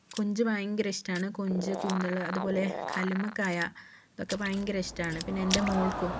കൊഞ്ച് ഭയങ്കര ഇഷ്ടമാണ് കൊഞ്ച് കൂന്തൽ അതുപോലെ കല്ലുമ്മക്കായ ഇതൊക്കെ ഭയങ്കര ഇഷ്ടമാണ് പിന്നെ എൻ്റെ മോൾക്കും